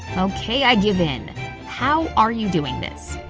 okay, i give in how are you doing this?